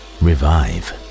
revive